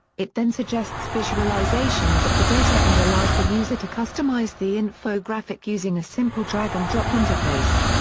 it then suggests visualizations of the data and allows the user to customize the infographic using a simple drag-and-drop interface.